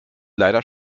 leider